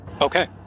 Okay